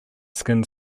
skin